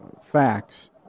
facts